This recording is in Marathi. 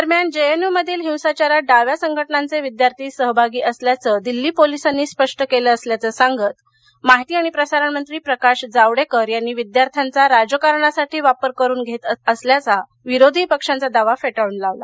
दरम्यान जेएनयूमधील हिंसाचारात डाव्या संघटनाघे विद्यार्थी सहभागी असल्याचं दिल्ली पोलिसांनी स्पष्ट केलं असल्याचं सांगत माहिती आणि प्रसारणमंत्री प्रकाश जावडेकर यांनी विद्यार्थ्यांचा राजकारणासाठी वापर करून घेत असल्याचा विरोधी पक्षांचा दावा फेटाळून लावला